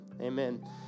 Amen